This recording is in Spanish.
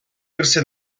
irse